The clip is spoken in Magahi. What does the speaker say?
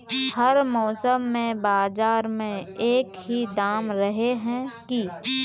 हर मौसम में बाजार में एक ही दाम रहे है की?